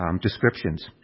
descriptions